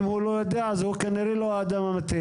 אם הוא לא יודע, כנראה שהוא לא האדם המתאים.